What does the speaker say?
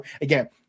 again